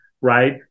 right